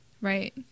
Right